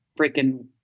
freaking